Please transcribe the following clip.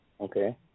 Okay